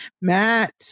matt